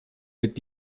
mit